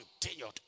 continued